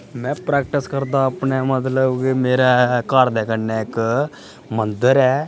में प्रैक्टस करना अपने मतलब कि मेरे घरै दे कन्नै इक मंदर ऐ